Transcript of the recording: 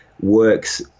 works